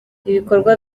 ibikorwa